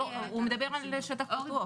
הוא מדבר על שטח פתוח,